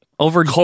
Over